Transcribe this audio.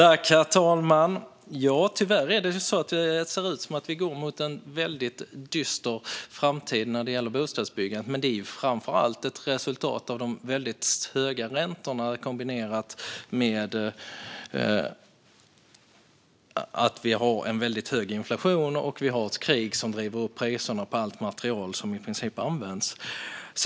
Herr talman! Tyvärr ser det ut som att vi går mot en väldigt dyster framtid när det gäller bostadsbyggandet, men det är framför allt ett resultat av de väldigt höga räntorna kombinerat med att vi har en hög inflation och ett krig som driver upp priserna på i princip allt material som används.